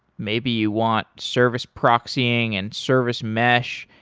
maybe you want service proxying and service mesh,